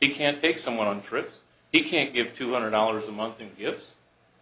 he can't take someone on trips he can't give two hundred dollars a month and give us